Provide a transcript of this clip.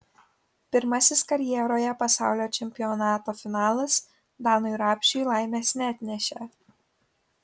pirmasis karjeroje pasaulio čempionato finalas danui rapšiui laimės neatnešė